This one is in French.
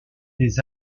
des